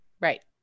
Right